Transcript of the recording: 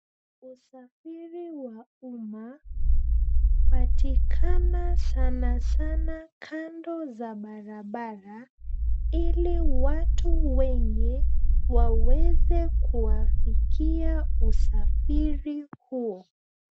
Usafiri wa umma hupatikana sanasana kando za barabara ili watu wengi waweze kuafikia usafiri huo.